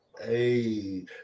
hey